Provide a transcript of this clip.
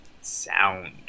sound